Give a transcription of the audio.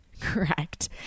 correct